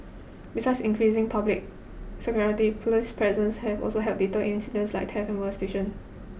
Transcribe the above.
besides increasing public security police presence have also have help deter incidents like theft and molestation